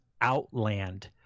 Outland